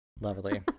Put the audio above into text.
Lovely